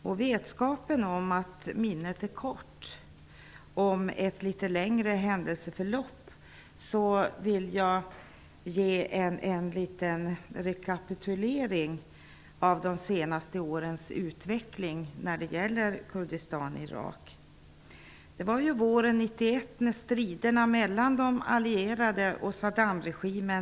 Med vetskapen om att minnet är kort vill jag ge en liten rekapitulering av de senaste årens utveckling när det gäller Kurdistan och Irak. Våren 1991 upphörde striderna mellan de allierade och Saddamregimen.